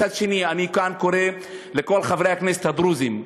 מצד שני, אני כאן קורא לכל חברי הכנסת הדרוזים,